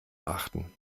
achten